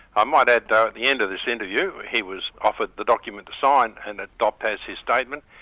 i might add though, at the end of this interview he was offered the document to sign, and adopt as his statement.